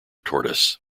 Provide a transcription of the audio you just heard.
tortoise